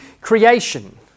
creation